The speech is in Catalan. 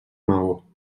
maó